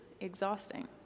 exhausting